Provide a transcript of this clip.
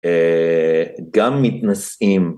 גם מתנשאים